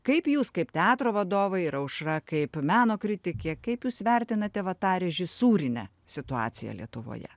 kaip jūs kaip teatro vadovai ir aušra kaip meno kritikė kaip jūs vertinate va tą režisūrinę situaciją lietuvoje